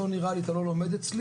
לא נראה לי אתה לא לומד אצלי",